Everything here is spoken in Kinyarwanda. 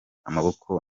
amaboko